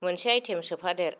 मोनसे आइटेम सोफादेर